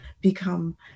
become